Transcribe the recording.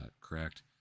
correct